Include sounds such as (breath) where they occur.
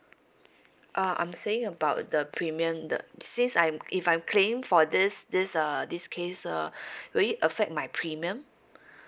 uh I'm saying about the premium the since I'm if I'm claiming for this this uh this case ah (breath) will it affect my premium (breath)